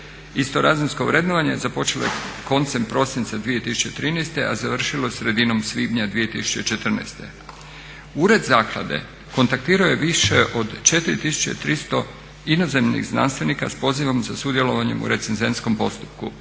Istorazinsko vrednovanje započelo je koncem prosinca 2013. a završilo je sredinom svibnja 2014. Ured zaklade kontaktirao je više od 4300 inozemnih znanstvenika sa pozivom za sudjelovanjem u recenzentskom pozivu